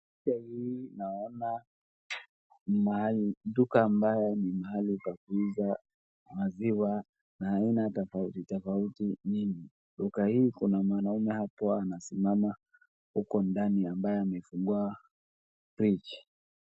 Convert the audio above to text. Hii naona ni mahali duka ambaye ni mahali pa kuuza maziwa na aina tofauti tofauti, ni duka hii kuna mwanaume hapo anasimama huko ndani ambaye amefungua fridge .